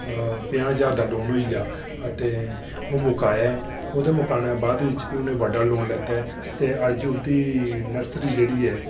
ते पंजाह् ज्हार दा लोन होऐ ओह् मुकाया ऐ ते ओह्दे मुक्काने दे बाद उनें बड्डा लोन लैता ऐ ते अज्ज उंदी नर्सरी जेह्ड़ी ऐ